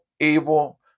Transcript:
evil